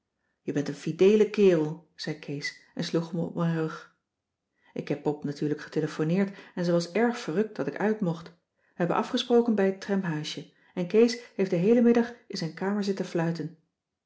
je bent een fideele kerel zei kees en sloeg me op mijn rug ik heb pop natuurlijk getelefoneerd en ze was erg verrukt dat ik uitmocht we hebben afgesproken bij het tramhuisje en kees heeft den heelen middag in zijn kamer zitten fluiten